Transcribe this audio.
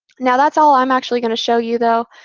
now, that's all i'm actually going to show you, though.